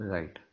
Right